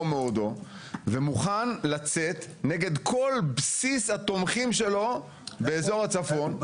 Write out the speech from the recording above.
ומאודו ומוכן לצאת נגד כל בסיס התומכים שלו באזור הצפון.